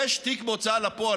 יש תיק בהוצאה לפועל?